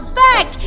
back